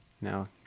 no